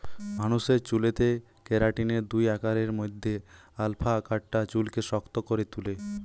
মানুষের চুলেতে কেরাটিনের দুই আকারের মধ্যে আলফা আকারটা চুলকে শক্ত করে তুলে